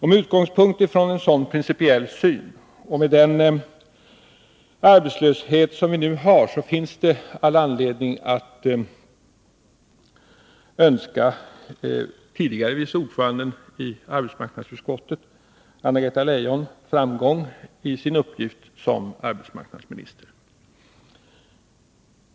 Med utgångspunkt i en sådan principiell syn och den arbetslöshet som vi nu har finns det all anledning att önska tidigare vice ordföranden i arbetsmarknadsutskottet Anna-Greta Leijon framgång i hennes uppgift som arbetsmarknadsminister.